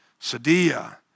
Sadia